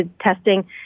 testing